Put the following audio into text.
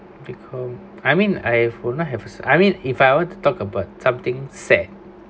become I mean I've will not have s~ I mean if I were to talk about something sad